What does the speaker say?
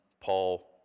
paul